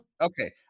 Okay